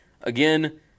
Again